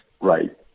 right